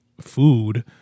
food